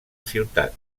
ciutat